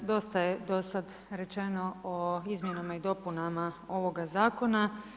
Dosta je do sada rečeno o izmjenama i dopunama ovoga zakona.